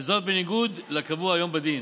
וזאת בניגוד לקבוע היום בדין,